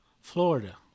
Florida